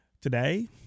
Today